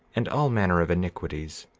and all manner of iniquities.